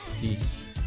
peace